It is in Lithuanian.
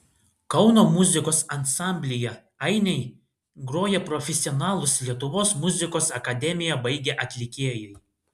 kauno muzikos ansamblyje ainiai groja profesionalūs lietuvos muzikos akademiją baigę atlikėjai